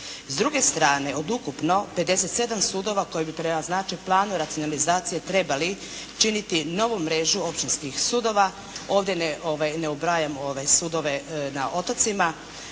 S druge strane od ukupno 57 sudova koji bi prema znači planu racionalizacije trebali činiti novu mrežu općinskih sudova, ovdje ne ubrajam sudove na otocima.